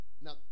Now